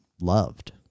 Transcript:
loved